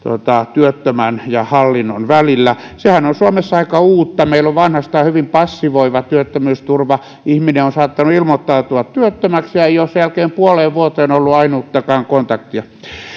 työttömän ja hallinnon välillä sehän on suomessa aika uutta meillä on vanhastaan hyvin passivoiva työttömyysturva ihminen on saattanut ilmoittautua työttömäksi ja ei ole sen jälkeen puoleen vuoteen ollut ainuttakaan kontaktia